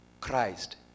Christ